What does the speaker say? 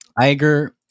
Iger